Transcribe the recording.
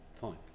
Fine